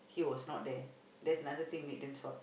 he was not there that's another thing make them shocked